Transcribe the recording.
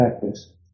practice